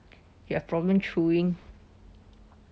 you have problem chewing